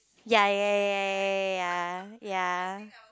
ya ya ya ya ya ya